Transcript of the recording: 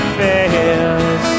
fails